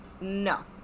No